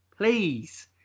Please